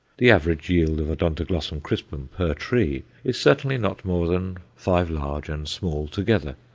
the average yield of odontoglossum crispum per tree is certainly not more than five large and small together.